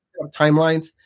timelines